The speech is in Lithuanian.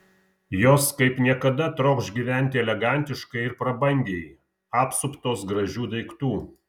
jos kaip niekada trokš gyventi elegantiškai ir prabangiai apsuptos gražių daiktų